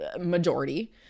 majority